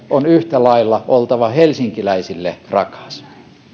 on yhtä lailla oltava helsinkiläisille rakas